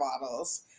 bottles